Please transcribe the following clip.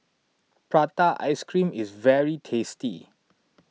Prata Ice Cream is very tasty